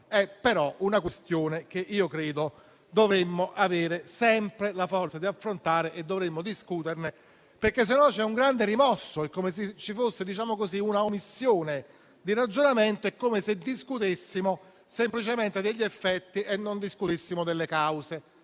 sia una questione che dovremmo avere sempre la forza di affrontare e di cui dovremmo discutere. Altrimenti c'è un grande rimosso: è come se ci fosse una omissione di ragionamento, è come se discutessimo semplicemente degli effetti e non delle cause.